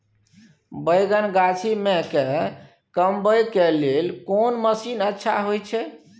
बैंगन गाछी में के कमबै के लेल कोन मसीन अच्छा होय छै?